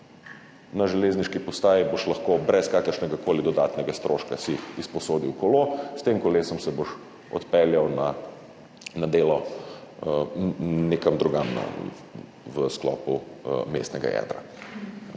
na železniški postaji si boš lahko brez kakršnegakoli dodatnega stroška izposodil kolo,s tem kolesom se boš odpeljal na delo nekam drugam v sklopu mestnega jedra.